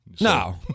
No